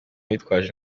bitwaje